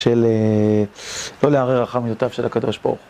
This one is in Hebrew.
שלא לערער אחר מידותיו של הקדוש ברוך הוא.